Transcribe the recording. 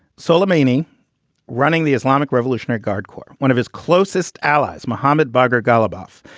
solar, meaning running the islamic revolutionary guard corps, one of his closest allies, mohammed bugger ghalibaf,